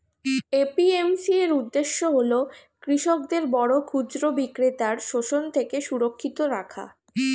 APMC এর উদ্দেশ্য হল কৃষকদের বড় খুচরা বিক্রেতার শোষণ থেকে সুরক্ষিত রাখা